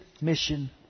mission